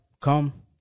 come